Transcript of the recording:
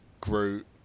Groot